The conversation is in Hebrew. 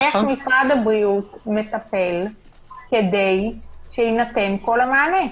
איך משרד הבריאות מטפל כדי שיינתן כל המענה?